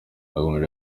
yakomeje